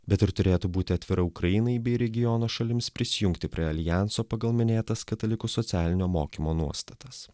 bet ir turėtų būti atvira ukrainai bei regiono šalims prisijungti prie aljanso pagal minėtas katalikų socialinio mokymo nuostatas